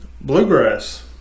bluegrass